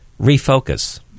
refocus